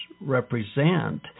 represent